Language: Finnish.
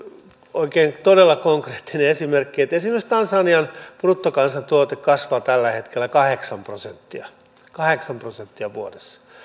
oikein todella konkreettinen esimerkki tansanian bruttokansantuote kasvaa tällä hetkellä kahdeksan prosenttia kahdeksan prosenttia vuodessa